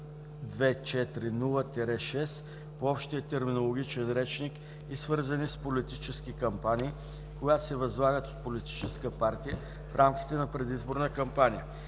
92111240-6 по Общия терминологичен речник и свързани с политически кампании, когато се възлагат от политическа партия в рамките на предизборна кампания.